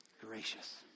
gracious